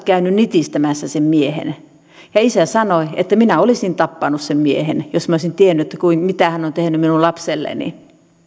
käynyt nitistämässä sen miehen ja isä sanoi että minä olisin tappanut sen miehen jos minä olisin tiennyt mitä hän on tehnyt minun lapselleni